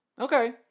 Okay